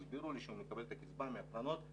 הסבירו לי שהוא מקבל את הקצבה מהקרנות,